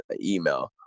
email